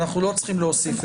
אנחנו לא צריכים להוסיף את זה.